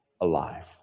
alive